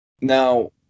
Now